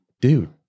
Dude